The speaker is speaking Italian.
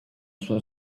sua